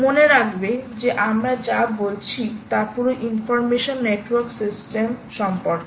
মনে রাখবে যে আমরা যা বলছি তা পুরো ইনফর্মেশন নেটওয়ার্ক সিস্টেম সম্পর্কে